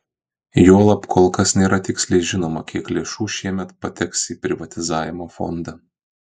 juolab kol kas nėra tiksliai žinoma kiek lėšų šiemet pateks į privatizavimo fondą